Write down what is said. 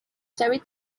terry